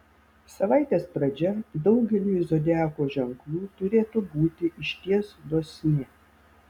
savaitės pradžia daugeliui zodiako ženklų turėtų būti išties dosni